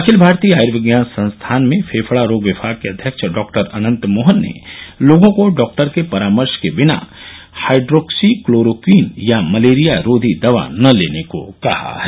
अखिल भारतीय आयर्विज्ञान संस्थान में फेफडा रोग विभाग के अध्यक्ष अध्यक्ष डॉ अनत्त मोहन ने लोगों को डॉक्टर के परामर्श के बिना हाइड्रोक्सीक्लोरोक्वीन या मलेरिया रोधी दवा न लेने को कहा है